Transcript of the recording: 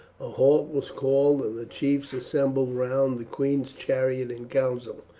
a halt was called, and the chiefs assembled round the queen's chariot in council.